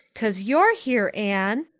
cause you're here, anne.